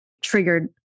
triggered